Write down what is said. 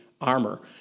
armor